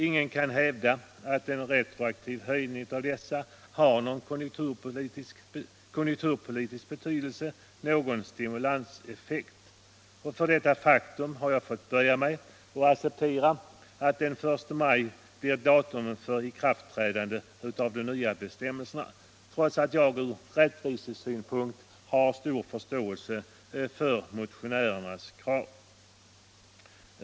Ingen kan hävda att en retroaktiv höjning av dessa har någon konjunkturpolitisk betydelse, någon stimulanseffekt. För detta faktum har jag fått böja mig och acceptera att den 1 maj blir datum för ikraftträdandet av de nya bestämmelserna, trots att jag ur rättvisesynpunkt har stor förståelse för motionärernas krav.